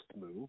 move